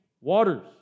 waters